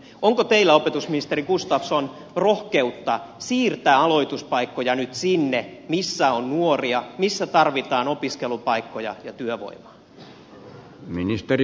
onko teillä opetusministeri gustafsson rohkeutta siirtää aloituspaikkoja nyt sinne missä on nuoria missä tarvitaan opiskelupaikkoja ja työvoimaa